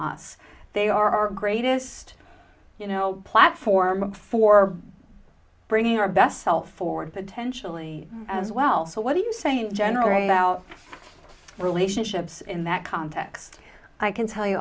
us they are our greatest you know platform for bringing our best self forward potentially as well so what are you saying general right about relationships in that context i can tell you